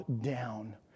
down